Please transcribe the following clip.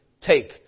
take